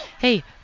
hey